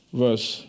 verse